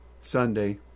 Sunday